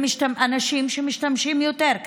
ואנשים שמשתמשים יותר,